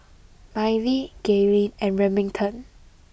Mylie Gaylene and Remington